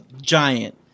Giant